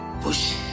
PUSH